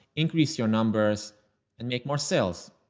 increase your numbers and make more sales.